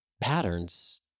patterns